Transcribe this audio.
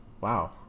Wow